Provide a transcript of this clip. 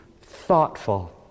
thoughtful